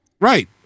Right